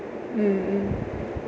mm mm